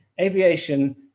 Aviation